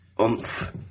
oomph